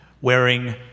wearing